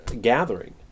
gathering